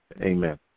Amen